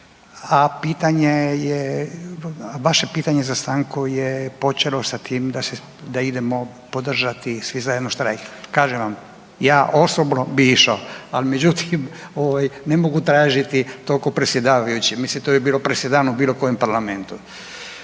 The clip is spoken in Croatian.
je vaše pitanje za stanku je počelo sa tim da idemo podržati svi zajedno štrajk. Kažem vam, ja osobno bi išao, ali međutim ne mogu tražiti kao predsjedavajući, mislim to bi bilo presedan u bilo kojem parlamentu.